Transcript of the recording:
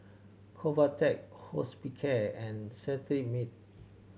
Convatec Hospicare and Cetrimide